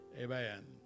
Amen